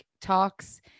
talks